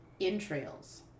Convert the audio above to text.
entrails